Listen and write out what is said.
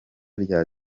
rya